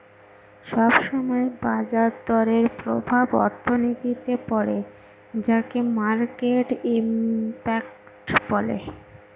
সব সময় বাজার দরের প্রভাব অর্থনীতিতে পড়ে যাকে মার্কেট ইমপ্যাক্ট বলে